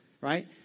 right